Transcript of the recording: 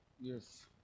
Yes